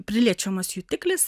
priliečiamas jutiklis